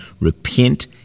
Repent